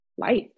life